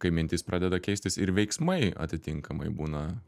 kai mintys pradeda keistis ir veiksmai atitinkamai būna